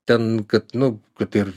ten kad nu kad ir